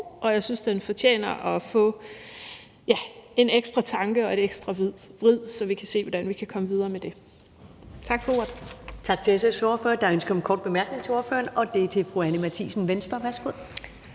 og jeg synes, den fortjener at få en ekstra tanke og et ekstra vrid, så vi kan se, hvordan vi kan komme videre med det.